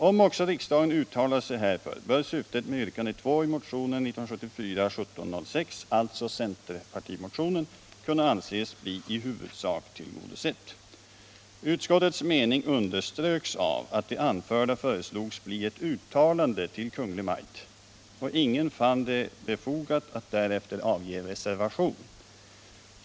Om också riksdagen uttalar sig härför bör syftet med yrkande 2 i motionen 1974:1706' — alltså centermotionen — ”kunna anses bli i huvudsak tillgodosett.” Utskottets mening underströks av att det anförda föreslogs bli ett uttalande till Kungl. Maj:t. Ingen fann det befogat att därefter avge reservation.